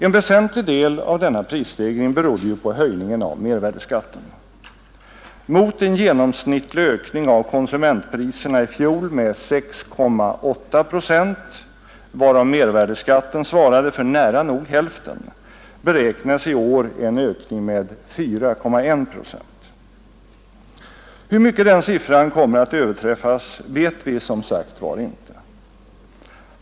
En väsentlig del av denna prisstegring berodde ju på höjningen av mervärdeskatten. Mot en genomsnittlig ökning av konsumentpriserna i fjol med 6,8 procent, varav mervärdeskatten svarade för nära nog hälften, beräknas i år en höjning med 4,1 procent. Hur mycket den siffran kommer att överträffas vet vi som sagt var inte.